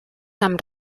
amb